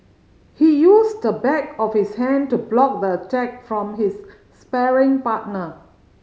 he used the back of his hand to block the attack from his sparring partner